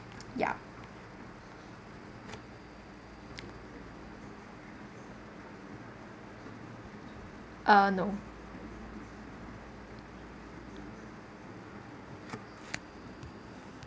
yeah uh no